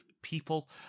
People